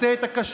רוצה את הכשרות,